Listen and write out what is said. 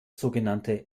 sogenannte